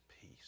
peace